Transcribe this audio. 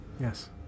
Yes